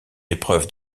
épreuve